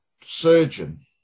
surgeon